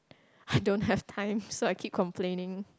I don't have time so I keep complaining